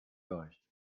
leicht